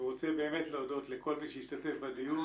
להודות לכל מי שהשתתף בדיון,